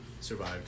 survived